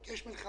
כי יש מלחמות,